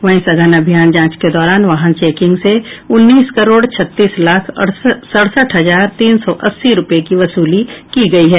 वहीं सघन अभियान जांच के दौरान वाहन चेकिंग से उन्नीस करोड़ छत्तीस लाख सड़सठ हजार तीन सौ अस्सी रूपये की वसूली की गई है